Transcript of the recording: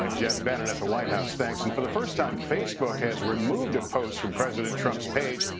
um geoff bennett at the white house, thanks. and for the first time facebook has removed a post from president trump's page.